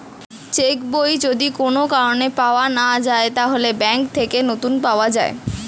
check বই যদি কোন কারণে পাওয়া না যায়, তাহলে ব্যাংক থেকে নতুন পাওয়া যায়